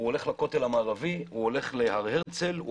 הולך לכותל המערבי, להר הרצל.